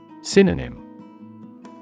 Synonym